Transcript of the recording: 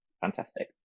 fantastic